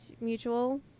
mutual